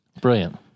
Brilliant